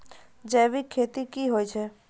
जैविक खेती की होय छै?